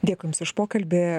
dėkui už pokalbį